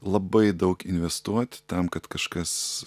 labai daug investuoti tam kad kažkas